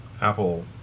Apple